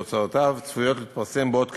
ותוצאותיו צפויות להתפרסם בעוד כשנה.